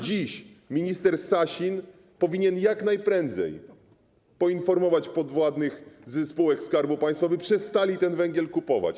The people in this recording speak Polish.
Dziś minister Sasin powinien jak najprędzej poinformować podwładnych ze spółek Skarbu Państwa, by przestali ten węgiel kupować.